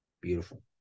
beautiful